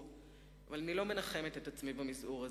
אני מסרבת לנחם את עצמי במזעור הזה,